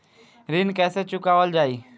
ऋण कैसे चुकावल जाई?